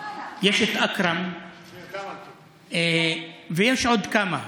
יש את אכרם ויש עוד כמה.